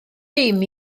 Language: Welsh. bûm